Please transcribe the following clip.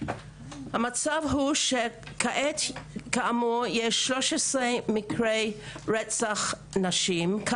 המצב הוא שכעת כאמור יש 13 מקרי רצח נשים,